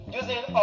using